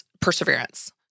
perseverance